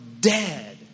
dead